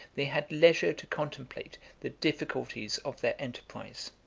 they had leisure to contemplate the difficulties of their enterprise.